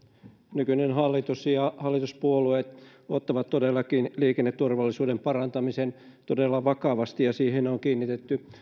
nykyinen hallitus ja ja hallituspuolueet ottavat todellakin liikenneturvallisuuden parantamisen todella vakavasti ja siihen on kiinnitetty jo